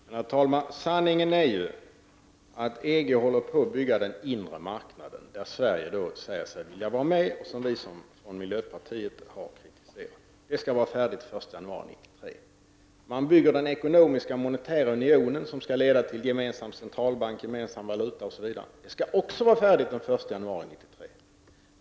Herr talman! Sanningen är ju att EG håller på att bygga den inre marknaden där Sverige säger sig vilja vara med, vilket vi från miljöpartiet har kritiserat. Detta skall vara färdigt den 1 januari 1993. EG bygger den ekonomiska monetära unionien som skall leda till gemensam centralbank, gemensam valuta, osv. Detta skall också vara färdigt den 1 januari 1993.